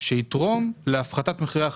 שיתרום להפחתת מחירי החשמל.